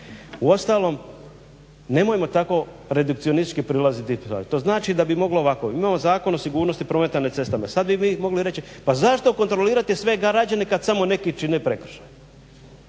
Uostalom nemojmo tako redukcionistički prilaziti … to znači da bi moglo ovako, imamo Zakon o sigurnosti prometa na cestama, sada bi vi mogli reći pa zašto sve kontrolirati sve građane kada samo neki čine prekršaj